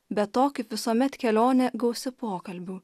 be to kaip visuomet kelionė gausi pokalbių